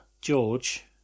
George